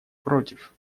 против